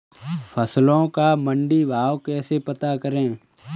फसलों का मंडी भाव कैसे पता करें?